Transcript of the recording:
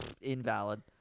invalid